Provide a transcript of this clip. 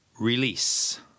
release